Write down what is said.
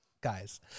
guys